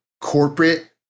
corporate